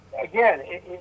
again